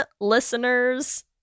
listeners